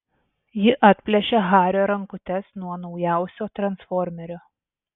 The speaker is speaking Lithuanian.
ji atplėšia hario rankutes nuo naujausio transformerio